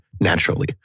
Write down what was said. naturally